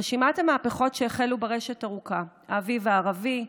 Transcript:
רשימת המהפכות שהחלו ברשת ארוכה: האביב הערבי,